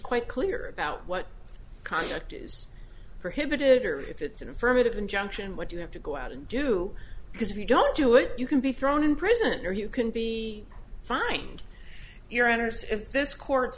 quite clear about what conduct is prohibited or if it's an affirmative injunction what you have to go out and do because if you don't do it you can be thrown in prison or you can be fined you